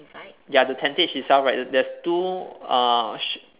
ya the tentage itself right there's two uh sh~